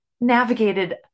navigated